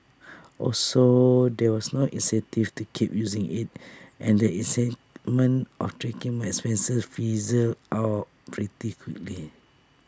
also there was no incentive to keep using IT and the excitement of tracking my expenses fizzled out pretty quickly